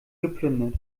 geplündert